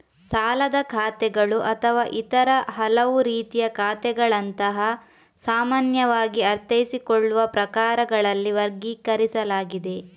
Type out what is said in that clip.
ಸಾಲದ ಖಾತೆಗಳು ಅಥವಾ ಇತರ ಹಲವು ರೀತಿಯ ಖಾತೆಗಳಂತಹ ಸಾಮಾನ್ಯವಾಗಿ ಅರ್ಥೈಸಿಕೊಳ್ಳುವ ಪ್ರಕಾರಗಳಲ್ಲಿ ವರ್ಗೀಕರಿಸಲಾಗಿದೆ